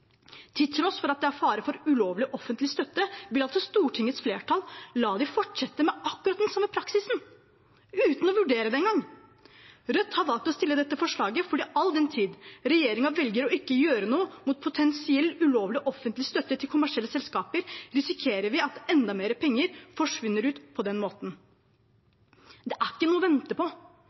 fare for ulovlig offentlig støtte, vil altså Stortingets flertall la dem fortsette med akkurat den samme praksisen uten en gang å vurdere det. Rødt har valgt å fremme dette forslaget, for all den tid regjeringen velger å ikke gjøre noe med potensielt ulovlig offentlig støtte til kommersielle selskaper, risikerer vi at enda mer penger forsvinner ut på den måten. Det er ikke noe å vente på,